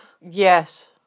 Yes